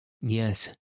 Yes